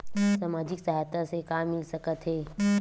सामाजिक सहायता से का मिल सकत हे?